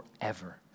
forever